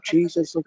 Jesus